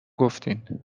گفتین